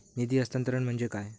निधी हस्तांतरण म्हणजे काय?